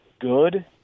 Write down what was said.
good